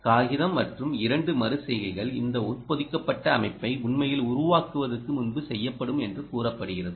காகிதம் மற்றும் 2 மறு செய்கைகள் இந்த உட்பொதிக்கப்பட்ட அமைப்பை உண்மையில் உருவாக்குவதற்கு முன்பு செய்யப்படும் என்று கூறப்படுகிறது